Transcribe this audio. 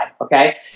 okay